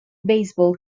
baseball